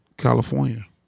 california